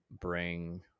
bring